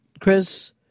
Chris